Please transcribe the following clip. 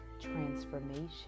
transformation